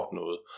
noget